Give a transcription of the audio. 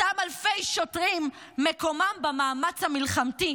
אותם אלפי שוטרים מקומם במאמץ המלחמתי,